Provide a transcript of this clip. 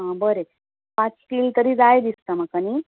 बरे पांच किल तरी जांय दिसतां म्हाका न्हय